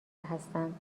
هستند